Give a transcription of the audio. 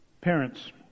Parents